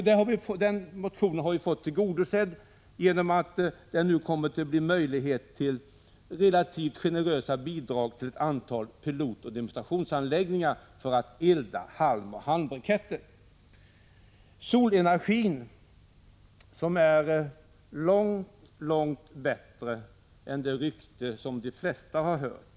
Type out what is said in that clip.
Den motionen har blivit tillgodosedd genom att det nu kommer att bli möjligt att få relativt generösa bidrag till ett antal pilotoch demonstrationsanläggningar för eldning med halm och halmbriketter. Solenergin är långt bättre än de rykten som de flesta har hört.